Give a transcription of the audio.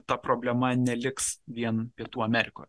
ta problema neliks vien pietų amerikoj